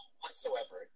whatsoever